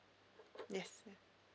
yes ya